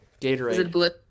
Gatorade